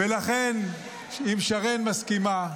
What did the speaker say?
-- לכן, אם שרן מסכימה,